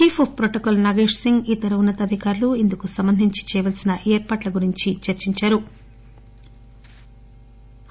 chief of protocol Nagesh Singh ఇతర ఉన్న తాధికారులు ఇందుకు సంబంధించి చేయాల్సిన ఏర్పాట్ల గురించి చర్చించారు